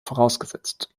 vorausgesetzt